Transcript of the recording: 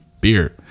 beer